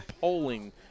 polling